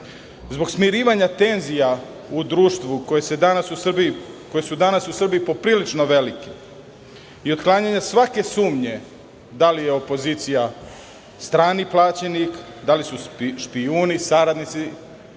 smirivanja tenzija u društvu, koje su danas u Srbiji poprilično velike i otklanjanja svake sumnje da li je opozicija strani plaćenik, da li su špijuni, saradnici